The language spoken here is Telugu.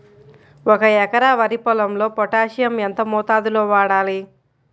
ఒక ఎకరా వరి పొలంలో పోటాషియం ఎంత మోతాదులో వాడాలి?